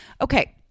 Okay